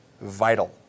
vital